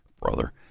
Brother